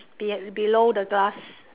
be~ below the glass